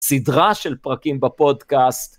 סדרה של פרקים בפודקאסט.